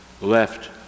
left